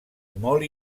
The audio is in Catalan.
molt